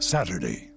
Saturday